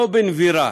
לא בנבירה,